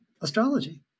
astrology